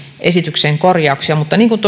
esitykseen mutta niin kuin